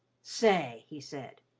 say, he said,